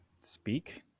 speak